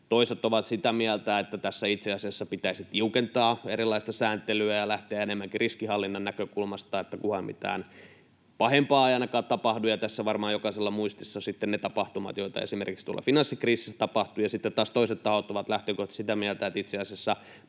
Toiset ovat sitä mieltä, että tässä itse asiassa pitäisi tiukentaa erilaista sääntelyä ja lähteä enemmänkin riskinhallinnan näkökulmasta, että kunhan mitään pahempaa ei ainakaan tapahdu — tässä on varmaan jokaisella muistissa ne tapahtumat, joita esimerkiksi finanssikriisissä tapahtui. Sitten taas toiset tahot ovat lähtökohtaisesti sitä mieltä, että itse asiassa